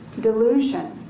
delusion